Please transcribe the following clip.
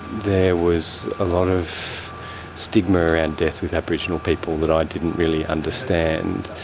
there was a lot of stigma around death with aboriginal people that i didn't really understand.